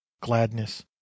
gladness